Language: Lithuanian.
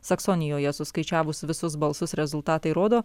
saksonijoje suskaičiavus visus balsus rezultatai rodo